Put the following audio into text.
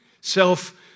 Self